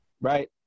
right